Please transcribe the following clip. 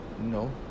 No